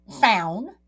found